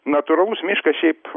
natūralus miškas šiaip